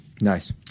nice